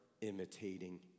imitating